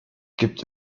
gibt